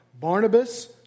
Barnabas